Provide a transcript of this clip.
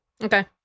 Okay